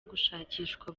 gushakishwa